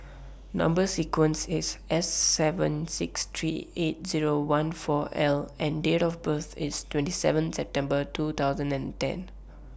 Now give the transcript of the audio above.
Number sequence IS S seven six three eight Zero one four L and Date of birth IS twenty seven September two thousand and ten